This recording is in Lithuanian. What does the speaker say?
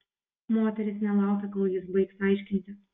moteris nelaukė kol jis baigs aiškinti